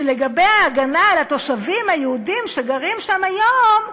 שלגבי ההגנה על התושבים היהודים שגרים שם היום,